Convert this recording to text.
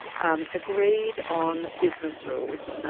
and agreed on business rules,